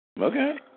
Okay